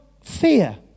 fear